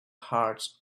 hearts